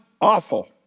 awful